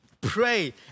pray